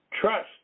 Trust